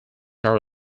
are